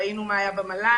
ראינו מה היה במל"ל.